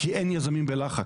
כי אין יזמים בלחץ.